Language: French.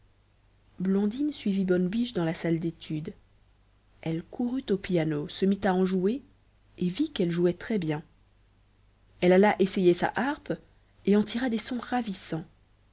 blondine suivit bonne biche dans la salle d'étude elle courut au piano se mit à en jouer et vit qu'elle jouait très bien elle alla essayer sa harpe et en tira des sons ravissants